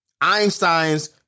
Einstein's